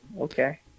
okay